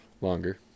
longer